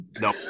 no